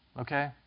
okay